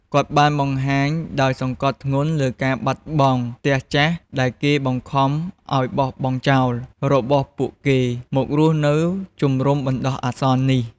គាត់បានបង្ហាញដោយសង្កត់ធ្ងន់លើការបាត់បង់ "ផ្ទះចាស់ដែលគេបង្ខំឲ្យបោះបង់ចោល" របស់ពួកគេមករស់នៅជំរុំបណ្តោះអាសន្ននេះ។